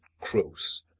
crows